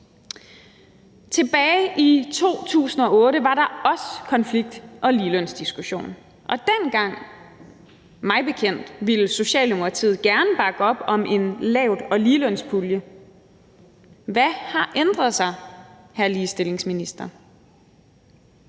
Tilbage i 2008 var der også konflikt og ligelønsdiskussion. Dengang – mig bekendt – ville Socialdemokratiet gerne bakke op om en lavt- og ligelønspulje. Hvad har ændret sig, hr. ligestillingsminister?